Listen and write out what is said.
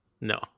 No